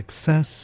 success